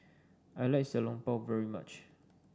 I like Xiao Long Bao very much